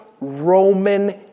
Roman